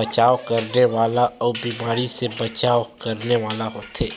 बचाव करने वाला अउ बीमारी से बचाव करने वाला होथे